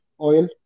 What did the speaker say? oil